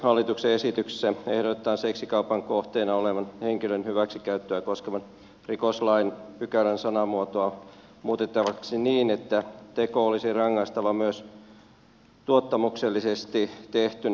hallituksen esityksessä ehdotetaan seksikaupan kohteena olevan henkilön hyväksikäyttöä koskevan rikoslain pykälän sanamuotoa muutettavaksi niin että teko olisi rangaistava myös tuottamuksellisesti tehtynä